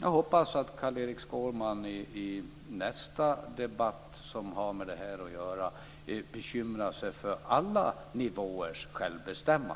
Jag hoppas att Carl-Erik Skårman i nästa debatt som har med detta att göra bekymrar sig för självbestämmandet på alla nivåer.